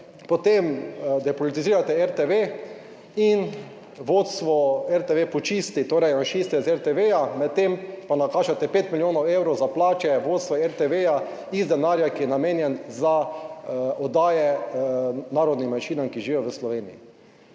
Potem depolitizirate RTV in vodstvo RTV počisti, torej janšiste, z RTV, med tem pa nakažete 5 milijonov evrov za plače vodstva RTV-ja, iz denarja, ki je namenjen za oddaje narodnim manjšinam, ki živijo v Sloveniji.